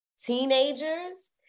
teenagers